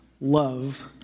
love